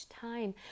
time